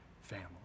family